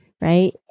right